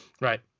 Right